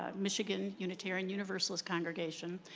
michigan, unitarian universalist congregation.